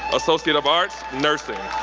associate of arts, nursing.